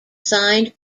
signed